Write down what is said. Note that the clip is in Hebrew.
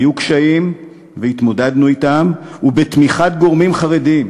היו קשיים, והתמודדנו אתם, ובתמיכת גורמים חרדיים,